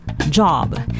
job